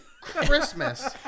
Christmas